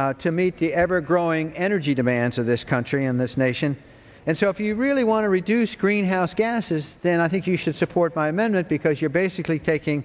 plants to meet the ever growing energy demands of this country and this nation and so if you really want to reduce greenhouse gases then i think you should support by minute because you're basically taking